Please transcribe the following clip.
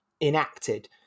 enacted